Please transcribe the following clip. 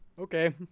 Okay